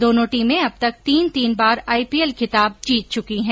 दोनों टीमें अब तक तीन तीन बार आईपीएल खिताब जीत चुकी है